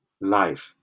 life